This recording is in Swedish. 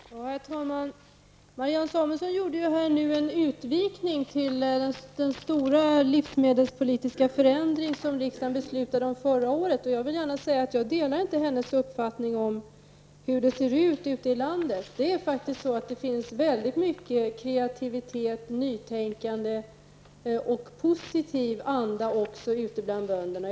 Herr talman! Marianne Samuelsson gjorde nu en utvikning till den stora livsmedelspolitiska förändring som riksdagen beslutade om förra året. Jag vill gärna säga att jag delar inte hennes uppfattning om hur det ser ut ute i landet. Det finns väldigt mycket kreativitet, nytänkande och positiv anda också ute bland bönderna.